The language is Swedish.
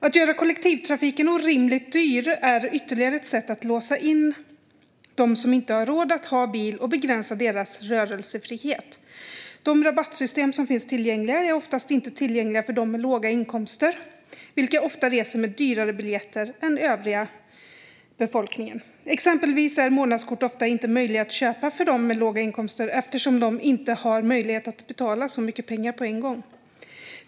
Att göra kollektivtrafiken orimligt dyr är ytterligare ett sätt att låsa in dem som inte har råd att ha bil och begränsa deras rörelsefrihet. De rabattsystem som finns är oftast inte tillgängliga för dem med låga inkomster, som ofta reser med dyrare biljetter än övriga befolkningen. Exempelvis är månadskort ofta inte möjliga att köpa för dem med låga inkomster eftersom de inte har möjlighet att betala så mycket pengar på en gång.